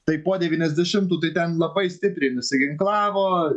tai po devyniasdešimtų tai ten labai stipriai nusiginklavo